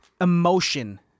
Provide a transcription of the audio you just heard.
emotion